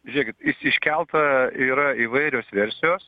žiūrėkit iš iškelta yra įvairios versijos